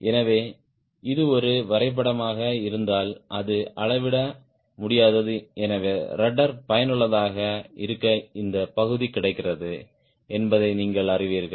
எனவே இது ஒரு வரைபடமாக இருந்தால் அது அளவிட முடியாதது எனவே ரட்ட்ர் பயனுள்ளதாக இருக்க இந்த பகுதி கிடைக்கிறது என்பதை நீங்கள் அறிவீர்கள்